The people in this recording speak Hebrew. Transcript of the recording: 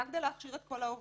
גם כדי להכשיר את כל העובדים.